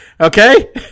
okay